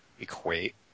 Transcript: Equate